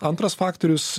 antras faktorius